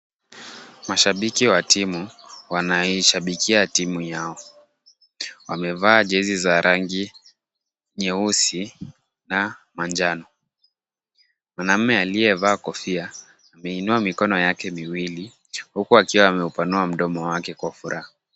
Mashabiki wa timu wanaishabikia timu yao. Wamevaa jezi za rangi, nyeusi na manjano. Mwanamume aliyevaa kofia ameinua mikono yake miwili huku akiwa ameupanua mdomo wake kwa furaha.